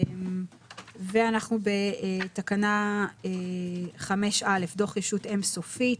ואנחנו בתקנה 5א "דוח ישות אם סופית".